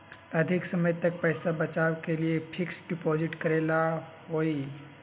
अधिक समय तक पईसा बचाव के लिए फिक्स डिपॉजिट करेला होयई?